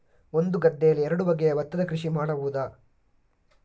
ಒಂದು ಗದ್ದೆಯಲ್ಲಿ ಎರಡು ಬಗೆಯ ಭತ್ತದ ಕೃಷಿ ಮಾಡಬಹುದಾ?